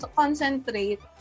concentrate